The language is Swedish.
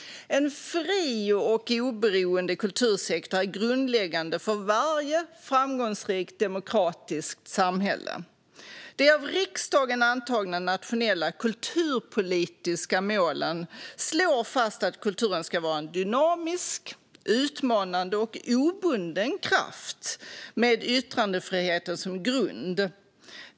En fri och oberoende kultursektor är grundläggande för varje framgångsrikt demokratiskt samhälle. De av riksdagen antagna nationella kulturpolitiska målen slår fast att kulturen ska vara en dynamisk, utmanande och obunden kraft med yttrandefriheten som grund.